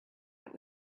yet